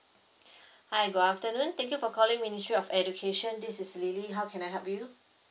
hi good afternoon thank you for calling ministry of education this is lily how can I help you